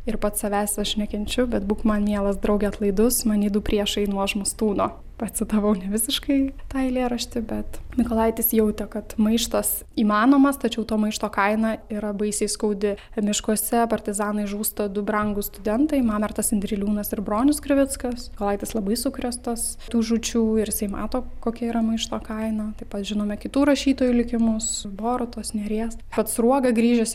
ir pats savęs aš nekenčiu bet būk man mielas drauge atlaidus many du priešai nuožmūs tūno pacitavau nevisiškai tą eilėraštį bet mykolaitis jautė kad maištas įmanomas tačiau to maišto kaina yra baisiai skaudi miškuose partizanai žūsta du brangūs studentai mamertas indriliūnas ir bronius krivickas mykolaitis labai sukrėstas tų žūčių ir jisai mato kokia yra maišto kaina taip pat žinome kitų rašytojų likimus borutos nėries pats sruoga grįžęs